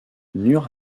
nur